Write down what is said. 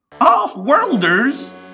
Off-worlders